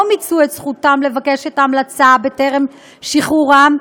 מיצו את זכותם לבקש המלצה בטרם שחרורם,